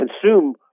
Consume